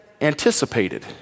anticipated